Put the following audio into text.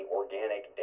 organic